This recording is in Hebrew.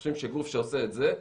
אנחנו חושבים שגוף שעושה את זה,